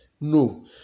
No